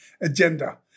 agenda